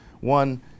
One